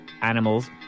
animals